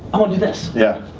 i wanna do this. yeah.